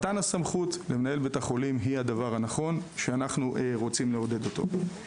מתן הסמכות למנהל בית החולים היא הדבר הנכון שאנחנו רוצים לעודד אותו.